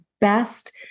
best